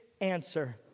answer